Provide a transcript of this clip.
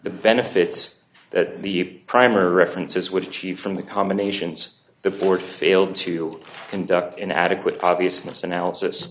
the benefits that the primer references would achieve from the combinations of the board failed to conduct an adequate obviousness analysis